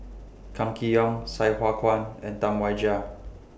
Kam Kee Yong Sai Hua Kuan and Tam Wai Jia